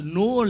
no